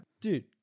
Dude